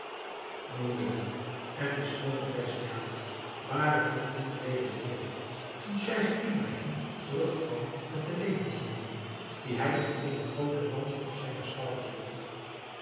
noureddin en de schoone perziane waren nog niet weder beneden toen scheich ibrahim terugkwam met de levensmiddelen die hij in eene groote mand op zijne schouders droeg